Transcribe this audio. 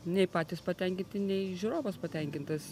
nei patys patenkinti nei žiūrovas patenkintas